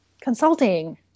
Consulting